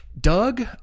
Doug